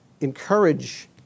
encourage